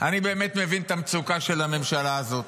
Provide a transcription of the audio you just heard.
אני באמת מבין את המצוקה של הממשלה הזאת,